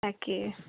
তাকে